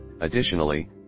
additionally